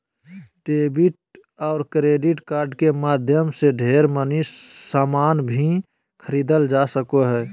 debit और credit card के माध्यम से ढेर मनी सामान भी खरीदल जा सको हय